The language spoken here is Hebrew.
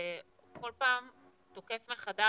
זה כל פעם תוקף מחדש,